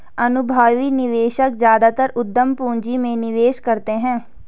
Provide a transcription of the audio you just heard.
अनुभवी निवेशक ज्यादातर उद्यम पूंजी में निवेश करते हैं